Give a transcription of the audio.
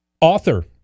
Author